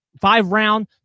Five-round